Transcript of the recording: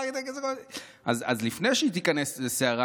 אז לפני שהיא תיכנס לסערה,